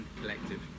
Collective